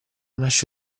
nasce